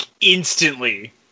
instantly